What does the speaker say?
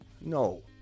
no